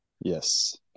yes